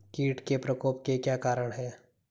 कीट के प्रकोप के क्या कारण हैं?